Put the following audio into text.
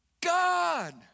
God